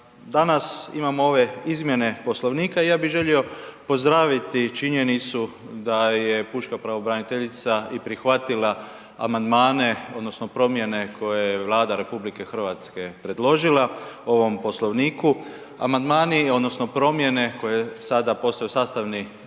Danas imamo ove izmjene Poslovnika, ja bih želio pozdraviti činjenicu da je pučka pravobraniteljica i prihvatila amandmane odnosno promjene koje je Vlada RH predložila ovom Poslovniku. Amandmani odnosno promjene koje sada postaju sastavni